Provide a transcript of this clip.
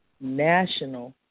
national